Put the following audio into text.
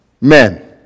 Men